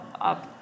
up